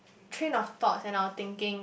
train of thoughts and our thinking